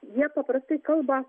jie paprastai kalba